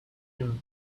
rim